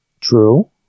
True